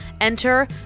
Enter